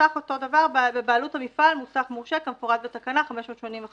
המוסך אותו דבר - בבעלות המפעל מוסך מורשה כמפורט בתקנה 585(א)(13).